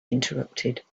interrupted